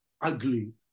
ugly